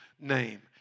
name